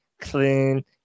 clean